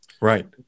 Right